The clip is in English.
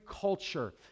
culture